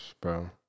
Bro